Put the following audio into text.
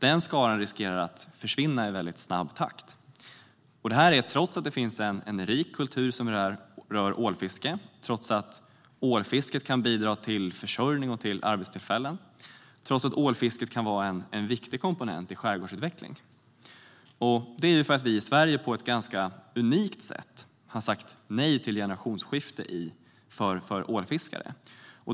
Den skaran minskar i snabb takt och riskerar att försvinna, trots att det finns en rik kultur som rör ålfisket, trots att ålfiske kan bidra till försörjning och arbetstillfällen och trots att ålfisket kan vara en viktig komponent i skärgårdsutvecklingen. Det är för att vi i Sverige på ett ganska unikt sätt har sagt nej till generationsskifte för ålfiskare.